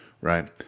right